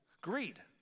greed